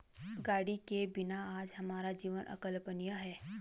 गाड़ी के बिना आज हमारा जीवन अकल्पनीय है